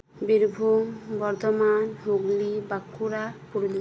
Birbhum Bardhaman Hooghly Bankura Purulia